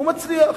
הוא מצליח,